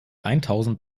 eintausend